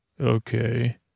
Okay